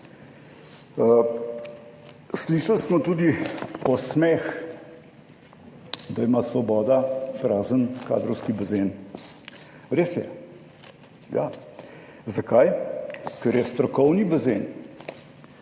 Slišali smo tudi posmeh, da ima Svoboda prazen kadrovski bazen. Res je, ja. Zakaj? Ker je strokovni bazen